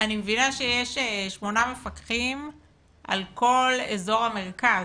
אני מבינה שיש שמונה מפקחים על כל אזור המרכז.